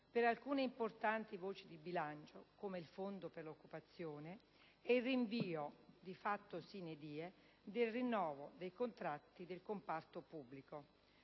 per alcune importanti voci di bilancio (come il Fondo per l'occupazione) e il rinvio - di fatto *sine die* - del rinnovo dei contratti del comparto pubblico.